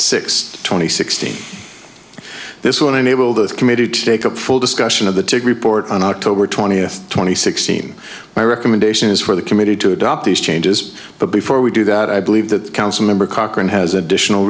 six twenty sixteen this one enable this committee to take a full discussion of the to report on october twentieth twenty sixteen my recommendation is for the committee to adopt these changes but before we do that i believe that the council member cochran has additional